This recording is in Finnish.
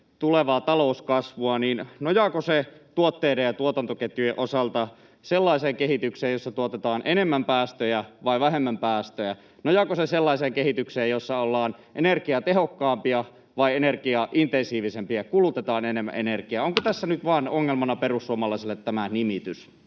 tulevaa talouskasvua, niin nojaako se tuotteiden ja tuotantoketjujen osalta sellaiseen kehitykseen, jossa tuotetaan enemmän päästöjä vai vähemmän päästöjä? Nojaako se sellaiseen kehitykseen, jossa ollaan energiatehokkaampia vai energiaintensiivisempiä, kulutetaan enemmän energiaa? Onko tässä nyt vain tämä nimitys